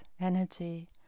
energy